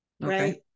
right